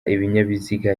ibinyabiziga